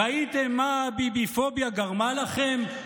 ראיתם מה הביביפוביה גרמה לכם?